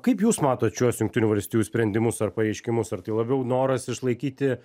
kaip jūs matot šiuos jungtinių valstijų sprendimus ar pareiškimus ar tai labiau noras išlaikyti